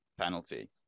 penalty